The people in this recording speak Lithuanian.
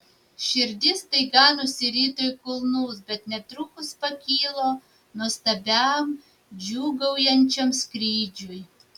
širdis staiga nusirito į kulnus bet netrukus pakilo nuostabiam džiūgaujančiam skrydžiui